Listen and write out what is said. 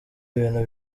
ibintu